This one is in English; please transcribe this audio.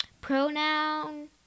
Pronoun